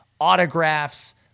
autographs